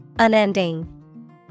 Unending